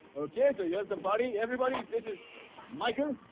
okay. so here's the party. everybody, this is michael.